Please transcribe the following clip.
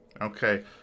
Okay